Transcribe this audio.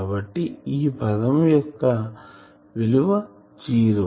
కాబట్టి ఈ పదం యొక్క విలువ జీరో